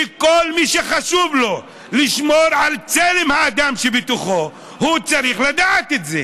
שכל מי שחשוב לו לשמור על צלם האדם שבתוכו צריך לדעת את זה.